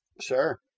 sure